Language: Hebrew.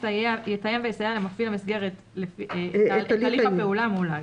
הליך הפעולה מול הג"א."